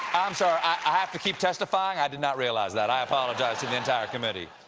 i'm sorry. i have to keep testifying? i did not realize that. i apologize to the entire committee.